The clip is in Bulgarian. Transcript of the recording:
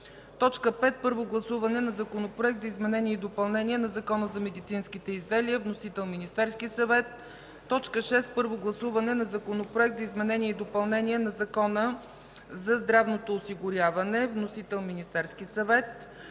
5. Първо гласуване на Законопроект за изменение и допълнение на Закона за медицинските изделия. Вносител – Министерският съвет. 6. Първо гласуване на Законопроект за изменение и допълнение на Закона за здравното осигуряване. Вносител -Министерският съвет.